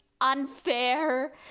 unfair